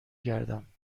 گردم